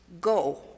Go